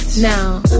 now